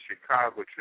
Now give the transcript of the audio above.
Chicago